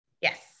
Yes